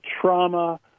trauma